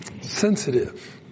sensitive